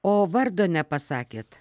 o vardo nepasakėt